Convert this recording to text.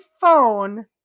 phone